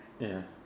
ya